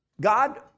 God